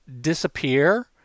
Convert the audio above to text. disappear